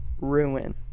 ruin